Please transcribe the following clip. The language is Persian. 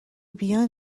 بیان